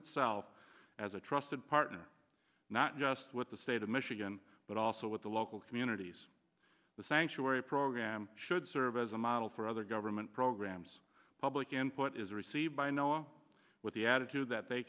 itself as a trusted partner not just with the state of michigan but also with the local communities the sanctuary program should serve as a model for other government programs public input is received by no with the attitude that they